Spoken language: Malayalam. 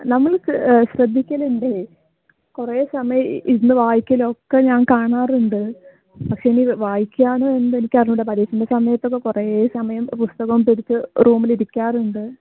നമ്മൾ ശ്ര ഏ ശ്രദ്ധിക്കുന്നുണ്ട് കുറെ സമയാമിരുന്നു വായ്ക്കുന്നൊക്കെ ഞാൻ കാണാറുണ്ട് പഷേയിനീ വയ്ക്കാന്നൊന്നും എനിക്കറിഞ്ഞൂടാ പരീക്ഷേടെ സമയത്തൊക്കെ കുറെ സമയം പുസ്തകോം പിടിച്ച് റൂമിലിരിക്കാറുണ്ട്